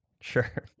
sure